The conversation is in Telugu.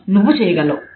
" "నువ్వు చేయగలవు